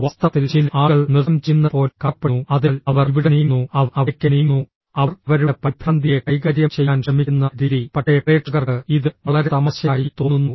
വാസ്തവത്തിൽ ചില ആളുകൾ നൃത്തം ചെയ്യുന്നതുപോലെ കാണപ്പെടുന്നു അതിനാൽ അവർ ഇവിടെ നീങ്ങുന്നു അവർ അവിടേക്ക് നീങ്ങുന്നു അവർ അവരുടെ പരിഭ്രാന്തിയെ കൈകാര്യം ചെയ്യാൻ ശ്രമിക്കുന്ന രീതി പക്ഷേ പ്രേക്ഷകർക്ക് ഇത് വളരെ തമാശയായി തോന്നുന്നു